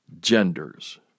genders